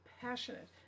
passionate